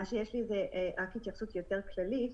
מה שיש לי רק התייחסות יותר שלי.